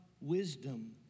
wisdom